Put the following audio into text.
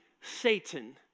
Satan